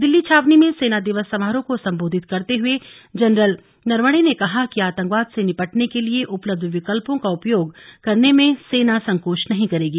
दिल्ली छावनी में सेना दिवस समारोह को संबोधित करते हुए जनरल नरवणे ने कहा कि आतंकवाद से निपटने के लिए उपलब्ध विकल्पों का उपयोग करने में सेना संकोच नहीं करेगी